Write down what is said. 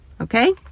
okay